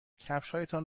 کفشهایتان